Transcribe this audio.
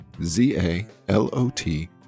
Z-A-L-O-T